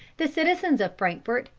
the citizens of frankfort,